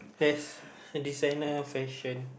there's designer fashion